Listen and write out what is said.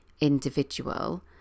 individual